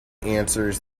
answers